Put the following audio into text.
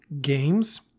games